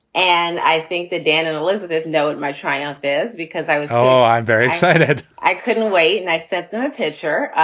and i think that dan and elizabeth know it. my triumph is because i was oh, i'm very excited and i couldn't wait. and i said the picture.